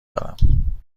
دارم